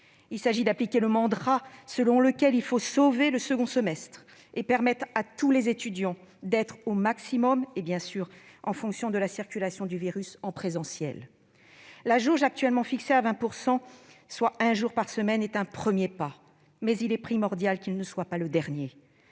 Il s'agit d'appliquer le mantra selon lequel « il faut sauver le second semestre », et permettre à tous les étudiants d'être, au maximum, et en fonction de la circulation du virus, en présentiel. La jauge actuellement fixée à 20 %, soit un jour de présence par semaine, constitue un premier pas, mais il est primordial qu'il ne soit pas le dernier.